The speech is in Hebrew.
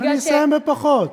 אני אסיים בפחות.